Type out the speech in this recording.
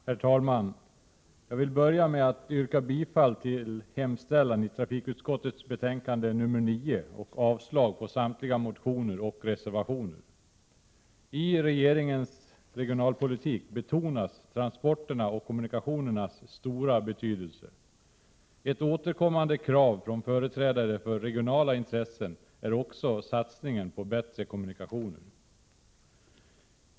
Herr talman! Jag vill börja med att yrka bifall till hemställan i trafikutskottets betänkande nr 9 och avslag på samtliga motioner och reservationer. I regeringens regionalpolitik betonas transporternas och kommunikationernas stora betydelse. Ett återkommande krav från företrädare för regionala intressen är satsningen på bättre kommunikationer.